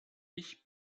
ich